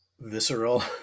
visceral